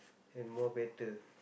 and more better